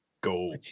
go